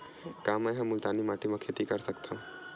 का मै ह मुल्तानी माटी म खेती कर सकथव?